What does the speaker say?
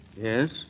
Yes